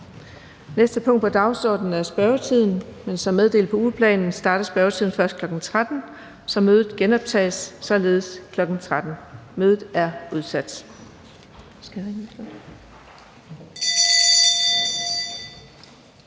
Næste punkt på dagsordenen er spørgetiden, men som meddelt i ugeplanen starter spørgetiden først kl. 13.00, så mødet genoptages således kl. 13.00. Mødet er udsat.